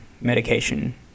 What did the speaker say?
medication